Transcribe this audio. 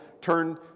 turn